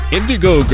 Indigo